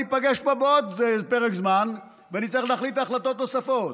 ניפגש פה בעוד פרק זמן ונצטרך להחליט החלטות נוספות.